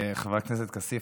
חבר הכנסת כסיף,